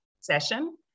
session